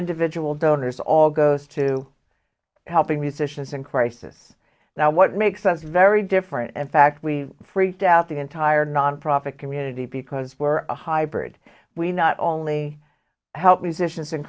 individual donors all goes to helping musicians in crisis now what makes us very different in fact we freaked out the entire nonprofit community because we're a hybrid we not only help musicians in